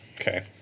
Okay